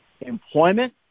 employment